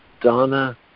Donna